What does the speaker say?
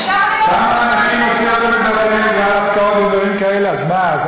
כמה אנשים הוציאו בגלל הפקעות ודברים כאלה, אז מה?